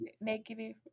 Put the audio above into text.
negative